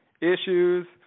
issues